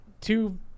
two